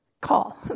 call